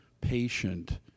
patient